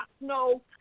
no